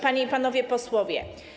Panie i Panowie Posłowie!